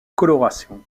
coloration